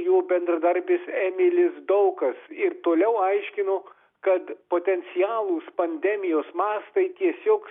jo bendradarbis emilis daukas ir toliau aiškino kad potencialūs pandemijos mastai tiesiog